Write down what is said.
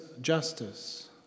justice